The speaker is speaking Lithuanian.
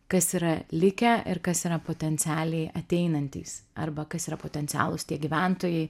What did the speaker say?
kas yra likę ir kas yra potencialiai ateinantys arba kas yra potencialūs tie gyventojai